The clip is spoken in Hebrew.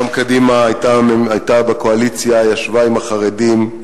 גם קדימה היתה בקואליציה, ישבה עם החרדים,